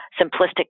simplistic